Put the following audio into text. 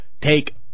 take